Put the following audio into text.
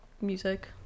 music